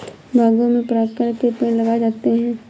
बागों में परागकण के पेड़ लगाए जाते हैं